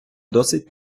досить